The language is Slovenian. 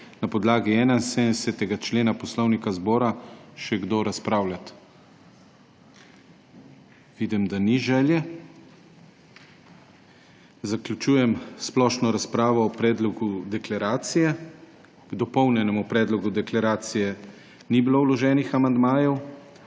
na podlagi 71. člena Poslovnika Državnega zbora še kdo razpravljati. Vidim, da ni želje. Zaključujem splošno razpravo o predlogu deklaracije. K dopolnjenemu predlogu deklaracije ni bilo vloženih amandmajev.